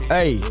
Hey